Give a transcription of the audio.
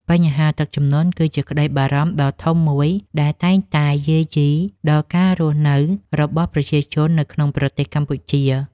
បញ្ហាទឹកជំនន់ គឺជាក្តីបារម្ភដ៏ធំមួយដែលតែងតែយាយីដល់ការរស់នៅរបស់ប្រជាជននៅក្នុងប្រទេសកម្ពុជា។